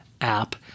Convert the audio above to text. app